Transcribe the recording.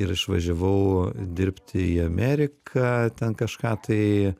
ir išvažiavau dirbti į ameriką ten kažką tai